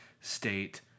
state